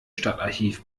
stadtarchiv